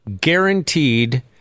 Guaranteed